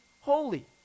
holy